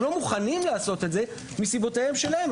הם לא מוכנים לעשות את זה מסיבותיהם שלהם.